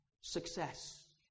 success